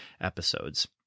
episodes